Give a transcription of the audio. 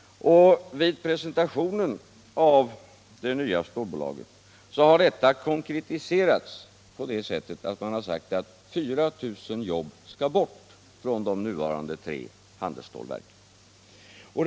Vid presentationen av det nya stålbolaget har detta konkretiserats på det sättet att man har sagt att 4 000 jobb skall bort från de nuvarande tre handelsstålverken.